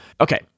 Okay